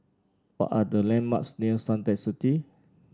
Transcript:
what are the landmarks near Suntec City